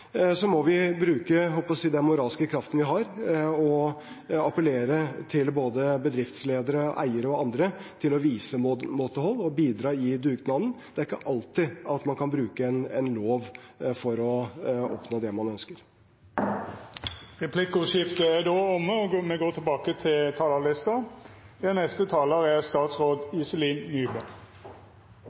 må vi bruke, jeg holdt på å si, den moralske kraften vi har, og appellere til både bedriftsledere, eiere og andre om å vise måtehold og bidra i dugnaden. Det er ikke alltid at man kan bruke en lov for å oppnå det man ønsker. Replikkordskiftet er då omme.